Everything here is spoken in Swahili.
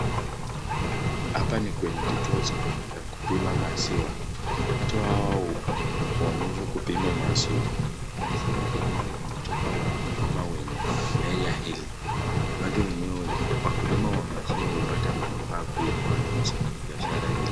Hapa ni kwenye kituo cha kupima maziwa watu hawa uonyesha kupima maziwa, maziwa enyewe imetokea wakulima wenye area hili wakulima wa maziwa hupata manifaa kubwa ya biashara hili.